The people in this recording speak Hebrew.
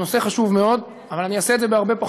תודה רבה,